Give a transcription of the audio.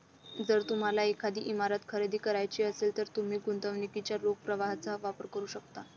जर तुम्हाला एखादी इमारत खरेदी करायची असेल, तर तुम्ही गुंतवणुकीच्या रोख प्रवाहाचा वापर करू शकता